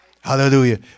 Hallelujah